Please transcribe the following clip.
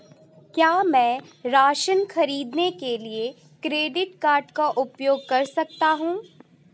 क्या मैं राशन खरीदने के लिए क्रेडिट कार्ड का उपयोग कर सकता हूँ?